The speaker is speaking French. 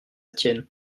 tienne